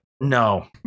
No